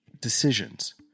decisions